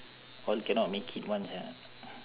all cannot make it [one] sia